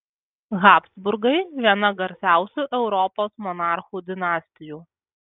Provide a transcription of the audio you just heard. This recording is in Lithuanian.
habsburgai viena garsiausių europos monarchų dinastijų